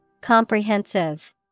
Comprehensive